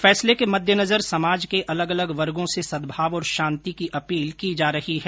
फैसले के मद्देनजर समाज के अलग अलग वर्गो से सदभाव और शांति की अपील की जा रही है